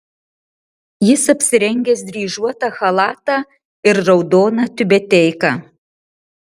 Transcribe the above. jis apsirengęs dryžuotą chalatą ir raudoną tiubeteiką